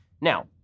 Now